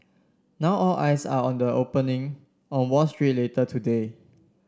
now all eyes are on the opening on Wall Street later today